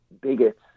bigots